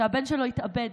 שהבן שלו התאבד